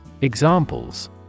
Examples